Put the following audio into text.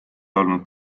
olnud